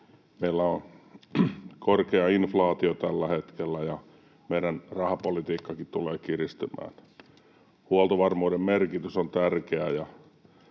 meillä on korkea inflaatio tällä hetkellä ja meidän rahapolitiikkaammekin tulee kiristymään. Huoltovarmuuden merkitys on tärkeää,